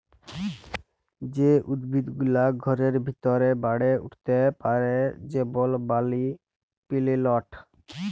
যে উদ্ভিদ গুলা ঘরের ভিতরে বাড়ে উঠ্তে পারে যেমল মালি পেলেলট